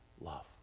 love